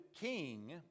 king